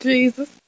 Jesus